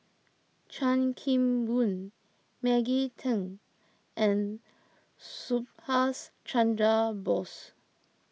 Chan Kim Boon Maggie Teng and Subhas Chandra Bose